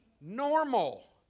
normal